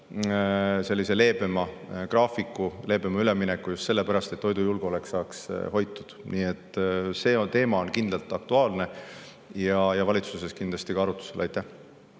leebema graafiku, leebema ülemineku, seda sellepärast, et toidujulgeolek saaks hoitud. Nii et see teema on kindlalt aktuaalne ja valitsuses kindlasti arutusel. Aitäh!